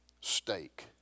steak